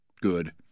good